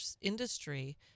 industry